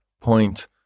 point